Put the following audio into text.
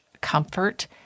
comfort